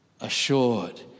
assured